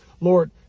Lord